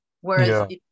Whereas